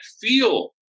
feel